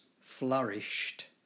flourished